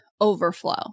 overflow